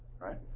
right